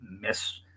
miss